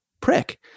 prick